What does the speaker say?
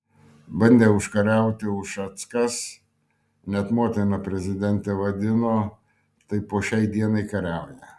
bandė užkariauti ušackas net motina prezidentę vadino tai po šiai dienai kariauja